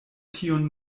tiun